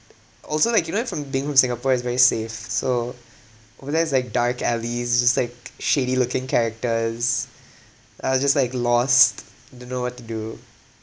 also like you know from being from singapore is very safe so over there is like dark alleys it's just like shady looking characters I was just like lost didn't know what to do